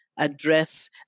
address